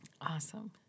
Awesome